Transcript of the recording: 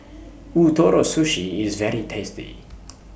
Ootoro Sushi IS very tasty